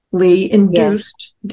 induced